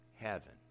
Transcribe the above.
heaven